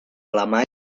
alemanya